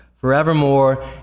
forevermore